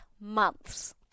months